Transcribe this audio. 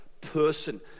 person